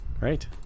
right